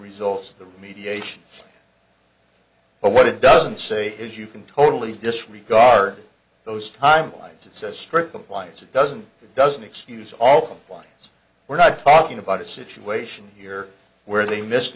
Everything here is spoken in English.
results of the remediation but what it doesn't say is you can totally disregard those timelines it's a strict compliance that doesn't that doesn't excuse all compliance we're not talking about a situation here where they missed